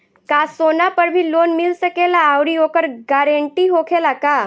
का सोना पर भी लोन मिल सकेला आउरी ओकर गारेंटी होखेला का?